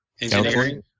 Engineering